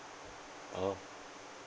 oh